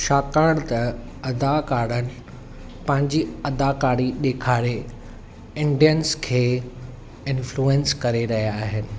छाकाणि त अदाकारनि पंहिंजी अदाकारी ॾेखारे इंडियंस खे इनफ्लूऐंस करे रहिया आहिनि